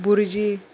Burji